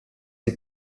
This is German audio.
die